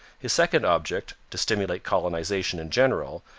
his second object, to stimulate colonization in general,